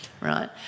right